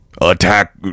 attack